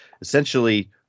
essentially